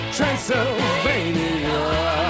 Transylvania